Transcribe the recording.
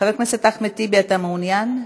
חבר הכנסת אחמד טיבי, אתה מעוניין?